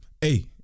Hey